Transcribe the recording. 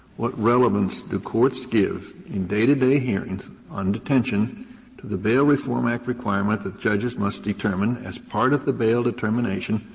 what relevance do courts give in day-to-day hearings on detention to the bail reform act requirement that judges must determine, as part of the bail determination,